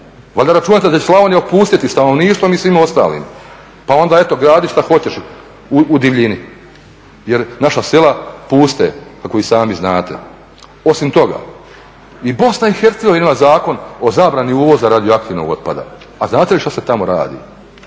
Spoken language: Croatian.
Valjda računate da će Slavonija opustiti stanovništvo i svima ostalima, pa onda eto gradi šta hoćeš u divljini jer naša sela puste kako i sami znate. Osim toga, i Bosna i Hercegovina ima Zakon o zabrani uvoza radioaktivnog otpada. A znate li šta se tamo radi